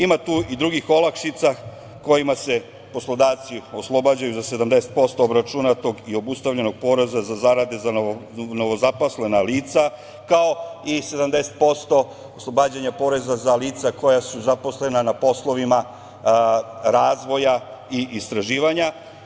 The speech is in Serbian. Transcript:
Ima tu i drugih olakšica kojima se poslodavci oslobađaju za 70% obračunatog i obustavljenog poreza za zarade za novozaposlena lica, kao i 70% oslobađanja poreza za lica koja su zaposlena na poslovima razvoja i istraživanja.